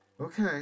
Okay